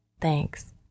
Thanks